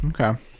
okay